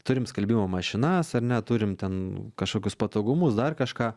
turim skalbimo mašinas ar ne turim ten kažkokius patogumus dar kažką